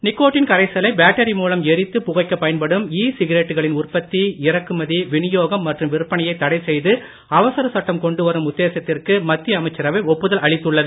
nicotine கரைசலை battery மூலம் எரித்து புகைக்க பயன்படும் இ சிகரெட்டுகளின் உற்பத்தி இறக்குமதி வினியோகம் மற்றும் விற்பனையை தடை செய்து அவசர சட்டம் கொண்டு வரும் உத்தேசத்திற்கு மத்திய அமைச்சரவை ஒப்புதல் அளித்துள்ளது